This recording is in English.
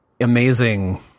amazing